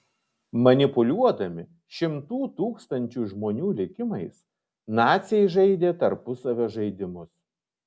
manipuliuodami šimtų tūkstančių žmonių likimais naciai žaidė tarpusavio žaidimus